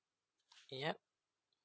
yup